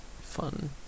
fun